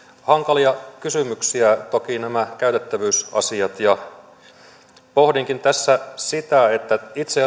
hankalia kysymyksiä toki nämä käytettävyysasiat ja pohdinkin tässä sitä että itse